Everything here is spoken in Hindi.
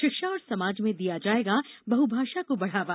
शिक्षा और समाज में दिया जायेगा बहुभाषा को बढ़ावा